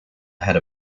had